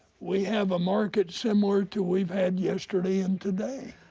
we have a market similar to we've had yesterday and today.